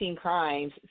Crimes